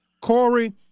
Corey